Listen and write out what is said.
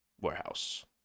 warehouse